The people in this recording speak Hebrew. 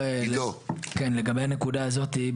לגבי הנקודה הזאת,